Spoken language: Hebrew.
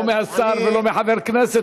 לא מהשר ולא מחבר כנסת,